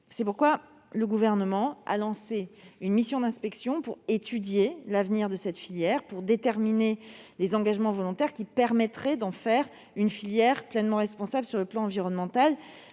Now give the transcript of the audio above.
C'est pourquoi le Gouvernement a lancé une mission d'inspection afin d'étudier l'avenir de cette filière et de déterminer les engagements volontaires qui permettraient d'en faire une filière pleinement responsable sur le plan environnemental.